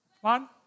One